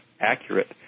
accurate